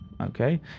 Okay